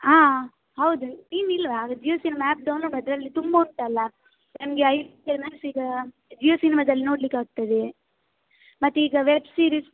ಆಂ ಹೌದು ನೀನು ಇಲ್ಲವ ಜಿಯೋಸಿನಿಮಾ ಆ್ಯಪ್ ಡೌನ್ಲೋಡ್ ಅದರಲ್ಲಿ ತುಂಬ ಉಂಟಲ್ಲ ನಮಗೆ ಜಿಯೋಸಿನ್ಮದಲ್ಲಿ ನೋಡ್ಲಿಕ್ಕೆ ಆಗ್ತದೆ ಮತ್ತು ಈಗ ವೆಬ್ ಸೀರೀಸ್